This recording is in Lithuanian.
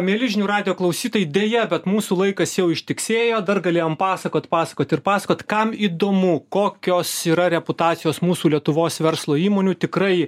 mieli žinių radijo klausytojai deja bet mūsų laikas jau ištiksėjo dar galėjom pasakot pasakot ir pasakot kam įdomu kokios yra reputacijos mūsų lietuvos verslo įmonių tikrai